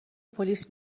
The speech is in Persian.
پلیس